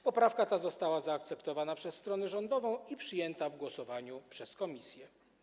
Poprawka ta została zaakceptowana przez stronę rządową i przyjęta w głosowaniu przez komisję.